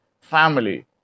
family